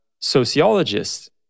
sociologists